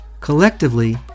Collectively